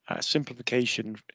Simplification